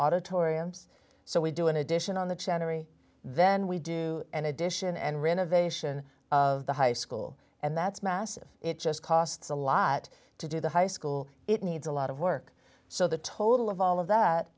auditoriums so we do in addition on the generally then we do an addition and renovation of the high school and that's massive it just costs a lot to do the high school it needs a lot of work so the total of all of that